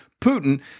Putin